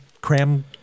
cram